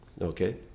okay